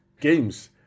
games